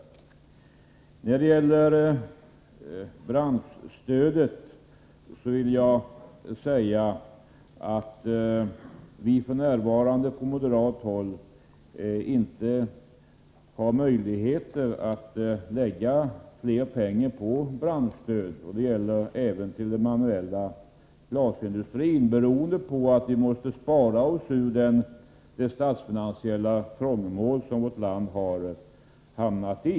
I fråga om branschstödet vill jag säga att vi från moderat håll f. n. inte ser några möjligheter att lägga ned ytterligare pengar på detta stöd. Det gäller även den manuella glasindustrin. Vi måste ju spara oss ur det statsfinansiella trångmål som vårt land hamnat i.